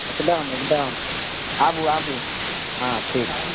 एकदम एकदम आबू आबू हँ ठीक